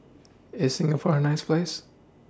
IS Singapore A nice Place